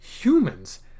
humans